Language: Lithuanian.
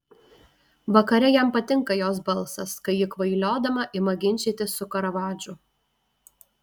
vakare jam patinka jos balsas kai ji kvailiodama ima ginčytis su karavadžu